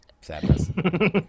Sadness